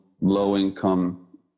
low-income